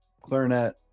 clarinet